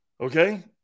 Okay